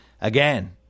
Again